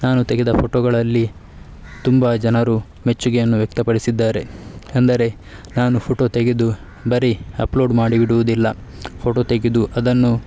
ನಾನು ತೆಗೆದ ಫೊಟೊಗಳಲ್ಲಿ ತುಂಬ ಜನರು ಮೆಚ್ಚುಗೆಯನ್ನು ವ್ಯಕ್ತಪಡಿಸಿದ್ದಾರೆ ಅಂದರೆ ನಾನು ಫೊಟೊ ತೆಗೆದು ಬರೀ ಅಪ್ಲೋಡ್ ಮಾಡಿ ಬಿಡುವುದಿಲ್ಲ ಫೊಟೊ ತೆಗೆದು ಅದನ್ನು